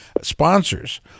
sponsors